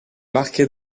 marqués